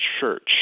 church